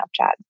Snapchat